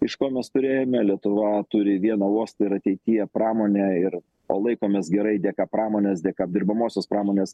iš ko mes turėjome lietuva turi vieną uostą ir ateityje pramonę ir o laikomės gerai dėka pramonės dėka apdirbamosios pramonės